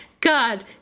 God